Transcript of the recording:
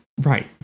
right